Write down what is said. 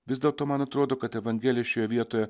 vis dėlto man atrodo kad evangelija šioje vietoje